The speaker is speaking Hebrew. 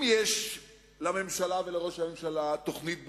אם יש לממשלה ולראש הממשלה תוכנית ברורה,